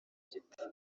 igiti